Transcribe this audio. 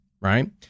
right